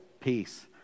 peace